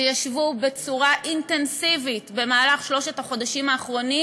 שישבו בצורה אינטנסיבית במהלך שלושת החודשים האחרונים,